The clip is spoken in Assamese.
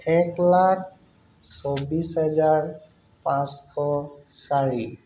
এক লাখ চৌবিছ হেজাৰ পাঁচশ চাৰি